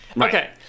Okay